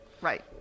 Right